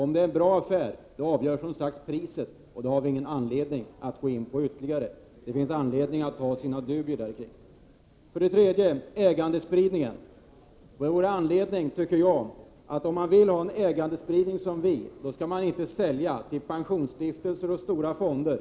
Om det är en bra affär avgörs av priset, och den frågan har vi ingen anledning att gå in på ytterligare. Det finns dock anledning att ha sina dubier på den punkten. För det tredje: Ägandespridningen. Om man vill ha ägandespridning, som vi vill, då skall man inte sälja till pensionsstiftelser och stora fonder.